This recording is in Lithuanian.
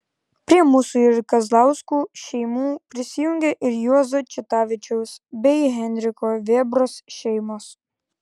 prie mūsų ir kazlauskų šeimų prijungė ir juozo čitavičiaus bei henriko vėbros šeimos